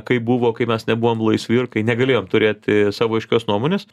kaip buvo kai mes nebuvom laisvi ir kai negalėjom turėti savo aiškios nuomonės